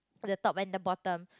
the top and the bottom